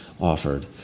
offered